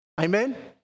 Amen